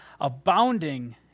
abounding